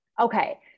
Okay